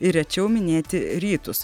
ir rečiau minėti rytus